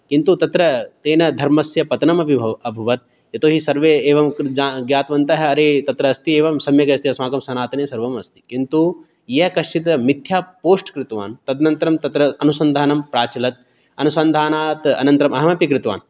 किन्तु तत्र तेन धर्मस्य पतनमपि भव् अभवत् यतोहि सर्वे एवं कृत् ज्ञातवन्तः अरे तत्र अस्ति एवं सम्यक् अस्ति अस्माकं सनातने सर्वमस्ति किन्तु यः कश्चित् मिथ्या पोश्ट् कृतवान् तदनन्तरं तत्र अनुसन्धानं प्राचलत् अनुसन्धानात् अनन्तरम् अहमपि कृतवान्